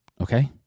Okay